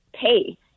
pay